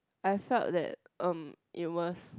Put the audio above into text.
I felt that erm it was